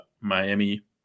Miami